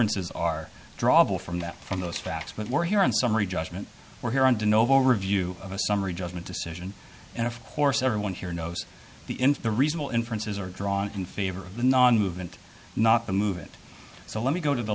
inferences are drawn from that from those facts but we're here on summary judgment we're here on de novo review of a summary judgment decision and of course everyone here knows the into the reasonable inferences are drawn in favor of the non movement not to move it so let me go to the